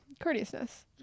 courteousness